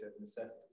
necessity